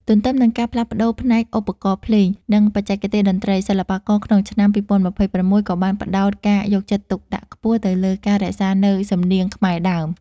ទន្ទឹមនឹងការផ្លាស់ប្តូរផ្នែកឧបករណ៍ភ្លេង និងបច្ចេកទេសតន្ត្រី សិល្បករក្នុងឆ្នាំ ២០២៦ ក៏បានផ្ដោតការយកចិត្តទុកដាក់ខ្ពស់ទៅលើការរក្សានូវ សំនៀងខ្មែរដើម។